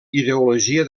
ideologia